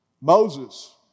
Moses